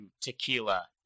Tequila